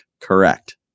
Correct